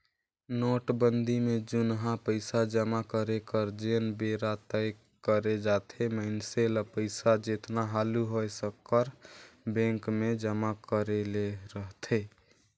नोटबंदी में जुनहा पइसा जमा करे कर जेन बेरा तय करे जाथे मइनसे ल पइसा जेतना हालु होए सकर बेंक में जमा करे ले रहथे